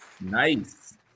nice